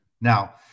Now